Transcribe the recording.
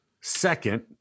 second